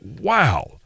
Wow